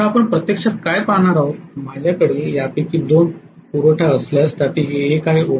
तर आपण प्रत्यक्षात काय पाहणार आहोत माझ्याकडे यापैकी दोन पुरवठा असल्यास त्यापैकी एक आहे t